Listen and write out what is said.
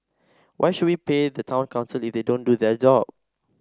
why should we pay the town council if they didn't do their job